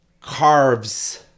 carves